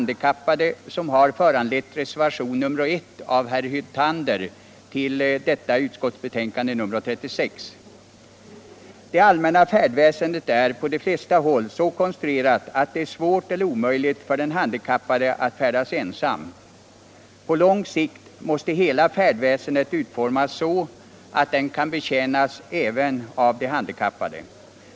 Det allmänna. färdväsendet är på de flesta håll så konstruerat att det är svårt eller omöjligt för den handikappade att färdas ensam. På lång sikt måste hela färdväsendet utformas så, att det kan betjäna även handikappade.